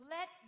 Let